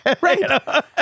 Right